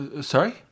Sorry